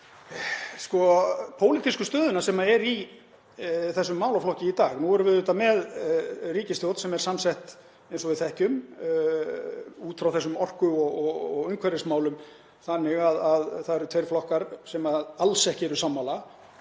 um pólitísku stöðuna sem er í þessum málaflokki í dag. Nú erum við með ríkisstjórn sem er samsett, eins og við þekkjum, út frá þessum orku- og umhverfismálum þannig að það eru tveir flokkar sem alls ekki eru sammála.